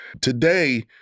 Today